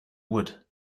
wood